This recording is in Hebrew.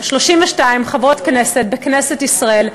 32 חברות בכנסת ישראל,